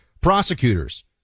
Prosecutors